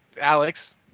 alex